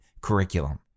curriculum